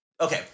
Okay